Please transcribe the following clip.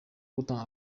gutanga